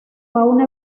fauna